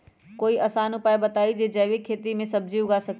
कोई आसान उपाय बताइ जे से जैविक खेती में सब्जी उगा सकीं?